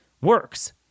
works